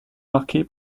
marqué